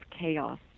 chaos